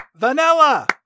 vanilla